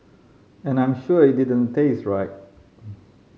and I'm sure it didn't taste right